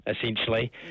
essentially